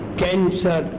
cancer